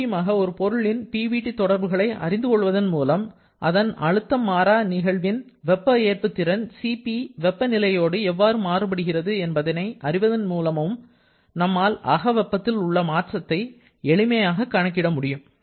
மறுபடியுமாக ஒரு பொருளின் PVT தொடர்புகளை அறிந்து கொள்வதன் மூலமும் அதன் அழுத்த மாறா நிகழ்வின் வெப்ப ஏற்புத்திறன் Cp வெப்ப நிலையோடு எவ்வாறு மாறுபடுகிறது என்பதை அறிவதன் மூலமும் நம்மால் அகவெப்பத்தில் உள்ள மாற்றத்தை எளிமையாக கணக்கிட முடியும்